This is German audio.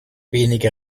wenige